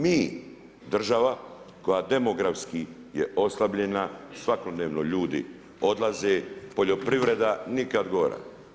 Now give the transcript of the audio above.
Mi država, koja demografski je oslabljena, svakodnevno ljudi odlaze, poljoprivreda nikad gora.